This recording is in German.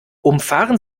umfahren